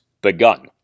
begun